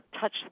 touch